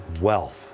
wealth